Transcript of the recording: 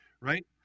Right